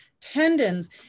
tendons